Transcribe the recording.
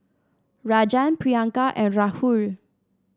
Rajan Priyanka and Rahul